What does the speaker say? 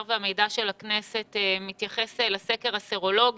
והמידע של הכנסת שמתייחס לסקר הסרולוגי,